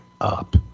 up